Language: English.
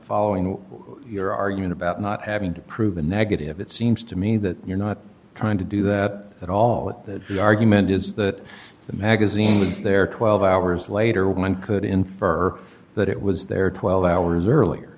following your argument about not having to prove a negative it seems to me that you're not trying to do that all that argument is that the magazine was there twelve hours later one could infer that it was there twelve hours earlier